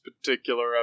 particular